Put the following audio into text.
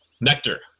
Nectar